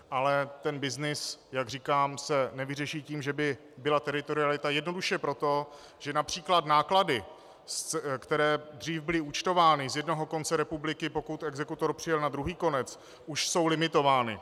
Ale ten byznys, jak říkám, se nevyřeší tím, že by byla teritorialita, jednoduše proto, že například náklady, které dřív byly účtovány z jednoho konce republiky, pokud exekutor přijel na druhý konec, už jsou limitovány.